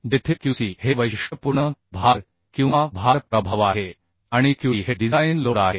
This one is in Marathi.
जेथे Qc हे वैशिष्ट्यपूर्ण भार किंवा भार प्रभाव आहे आणि Qd हे डिझाइन लोड आहे